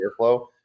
airflow